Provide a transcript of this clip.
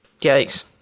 Yikes